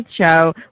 show